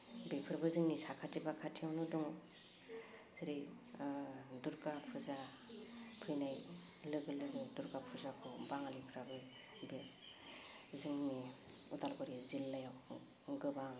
बेफोरबो जोंनि साखाथि फाखाथियावनो दङ जेरै दुर्गा फुजा फैनाय लोगो लोगो दुर्गा फुजाखौ बाङालिफ्राबो बे जोंनि अदालगुरि जिल्लायाव गोबां